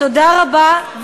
תודה רבה.